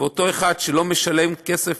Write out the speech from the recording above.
ואותו אחד שלא משלם כסף